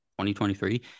2023